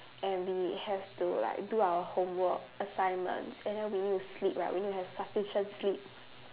and we have to like do our homework assignments and then we need to sleep right we need to have sufficient sleep